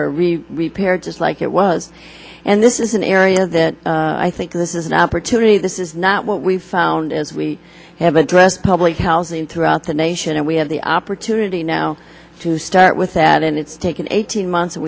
really repaired just like it was and this is an area that i think this is an opportunity this is not what we found as we have addressed public housing throughout the nation and we have the opportunity now to start with that and it's taken eighteen months